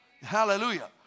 Hallelujah